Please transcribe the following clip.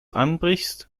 anbrichst